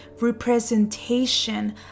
representation